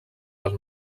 del